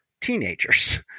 teenagers